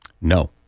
No